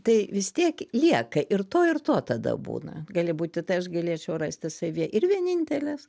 tai vis tiek lieka ir to ir to tada būna gali būti tai aš galėčiau rasti savyje ir vienintelės